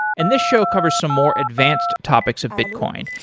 and this show covers some more advanced topics of bitcoin.